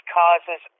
causes